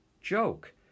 joke